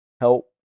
Help